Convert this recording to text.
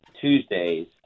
Tuesdays